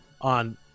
on